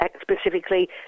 specifically